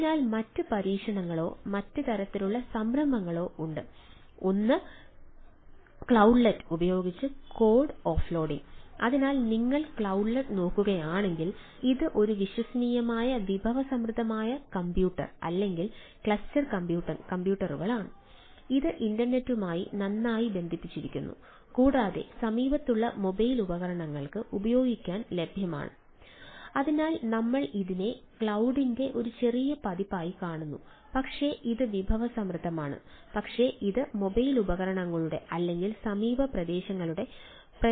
അതിനാൽ മറ്റ് പരീക്ഷണങ്ങളോ മറ്റ് തരത്തിലുള്ള സംരംഭങ്ങളോ ഉണ്ട് ഒന്ന് ക്ലൌഡ്ലെറ്റ് ഉപകരണങ്ങളുടെ അല്ലെങ്കിൽ സമീപ പ്രദേശങ്ങളുടെ പ്രദേശത്തിനകത്താണ്